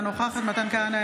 אינה נוכחת מתן כהנא,